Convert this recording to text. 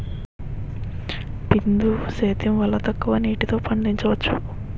బిందు సేద్యం వల్ల తక్కువ నీటితో పండించవచ్చు